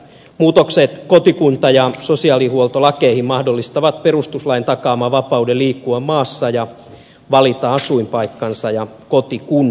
muutokset kotikunta ja sosiaalihuoltolakeihin mahdollistavat perustuslain takaaman vapauden liikkua maassa ja valita asuinpaikkansa ja kotikuntansa